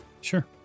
Sure